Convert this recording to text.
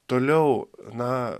toliau na